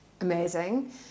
amazing